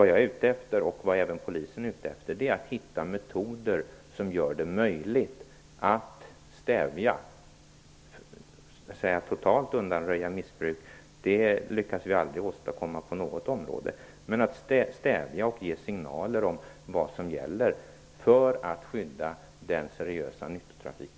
Jag, och även polisen, är ute efter att hitta metoder som gör det möjligt att stävja och ge signaler om vad som gäller för att skydda den seriösa nyttotrafiken. Att totalt undanröja missbruk lyckas vi aldrig åstadkomma på något område.